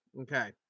Okay